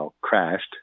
crashed